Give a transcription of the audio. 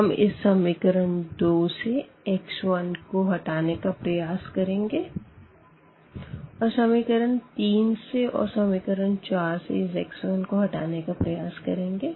हम इस इक्वेशन 2 से x 1 को हटाने का प्रयास करेंगे और इक्वेशन 3 से और इक्वेशन 4 से इस x 1 को हटाने का प्रयास करेंगे